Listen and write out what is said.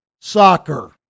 soccer